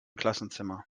klassenzimmer